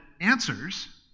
answers